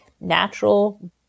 natural